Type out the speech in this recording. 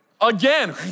again